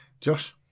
Josh